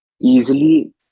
easily